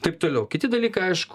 taip toliau kiti dalykai aišku